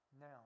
now